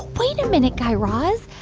wait a minute, guy raz.